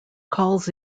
calls